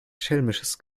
schelmisches